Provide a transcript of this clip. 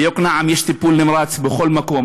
ביקנעם יש טיפול נמרץ בכל מקום.